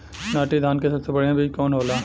नाटी धान क सबसे बढ़िया बीज कवन होला?